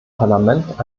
parlament